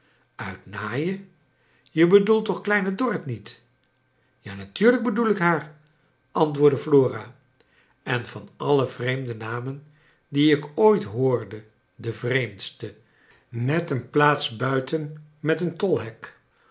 uit naaien je bedoelt toch kleine dorr it niet ja natuurlijk bedoel ik haar antwoordde flora en van alle vreemde namen die ik ooit hoorde de vreemdste net een plaats buiten met een tolhek